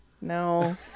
No